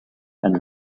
and